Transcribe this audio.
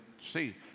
see